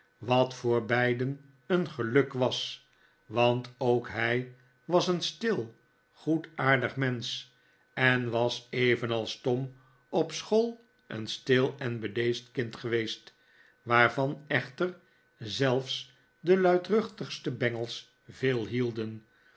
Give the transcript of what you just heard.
wat voor beiden een geluk was want ook hij was een stil goedaardig mensch en was evenals tom op school een stil en bedeesd kind geweest waarvan e enter zelfs de luidruchtigste bengels veel hielden